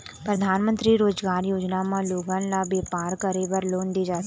परधानमंतरी रोजगार योजना म लोगन ल बेपार करे बर लोन दे जाथे